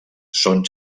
són